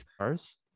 cars